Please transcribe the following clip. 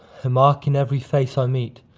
mark in every face i meet